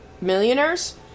millionaires